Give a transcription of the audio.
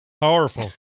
powerful